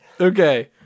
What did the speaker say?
Okay